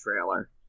trailer